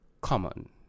common